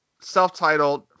self-titled